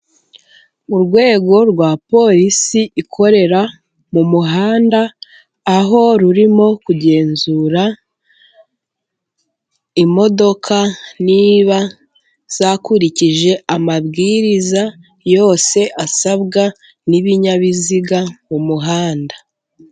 Urwego rwa polisi ikorera mu muhanda, aho rurimo kugenzura imodoka niba zakurikije amabwiriza yose, asabwa n'ibinyabiziga mu muhanda.